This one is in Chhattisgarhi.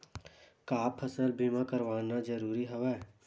का फसल बीमा करवाना ज़रूरी हवय?